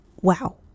wow